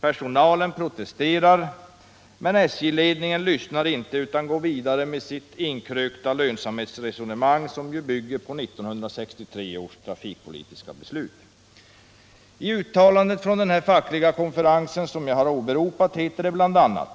Personalen protesterar, men SJ-ledningen lyssnar inte utan går vidare med sitt inkrökta lönsamhetsresonemang, som ju bygger på 1963 års trafikpolitiska beslut. I uttalandet från den fackliga konferens som jag åberopat heter det bl.a.: